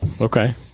Okay